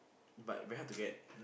but we have to get